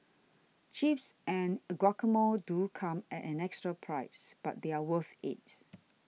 chips and a guacamole do come at an extra price but they're worth it